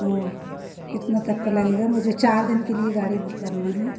तो कितना तक का लगेगा मुझे चार दिन के लिए गाड़ी बुक करना है